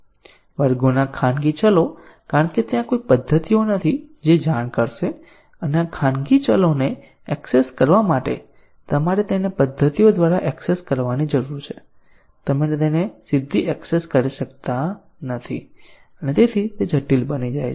વર્ગોના ખાનગી ચલો કારણ કે ત્યાં કોઈ પદ્ધતિઓ નથી જે જાણ કરશે અને આ ખાનગી ચલોને એક્સેસ કરવા માટે તમારે તેને પદ્ધતિઓ દ્વારા એક્સેસ કરવાની જરૂર છે તમે તેને સીધી એક્સેસ કરી શકતા નથી અને તે જટિલ બની જાય છે